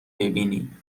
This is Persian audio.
ببینی